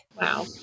Wow